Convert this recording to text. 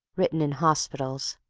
written in hospitals.